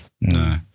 no